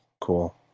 Cool